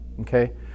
okay